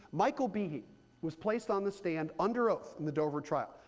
michael behe was placed on the stand under oath in the dover trial.